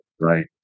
Right